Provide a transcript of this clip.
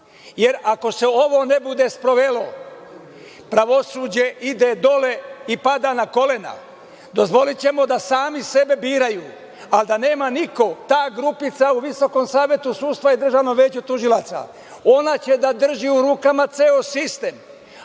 jer ako se ovo ne bude sprovelo pravosuđe ide dole i pada na kolena. Dozvolićemo da sami sebe biraju, ali da nema niko, ta grupica u Visokom savetu sudstva i Državnom veću tužilaca, ona će da drži u rukama ceo sistem,